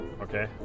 okay